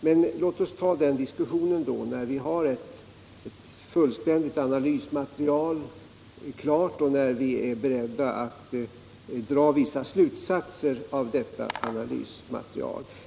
Men låt oss ta den diskussionen när vi har ett fullständigt analysmaterial klart och när vi är beredda att dra vissa slutsatser av detta analysmaterial.